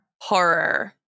Horror